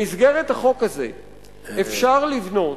במסגרת החוק הזה אפשר לבנות,